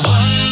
One